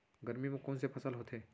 गरमी मा कोन से फसल होथे?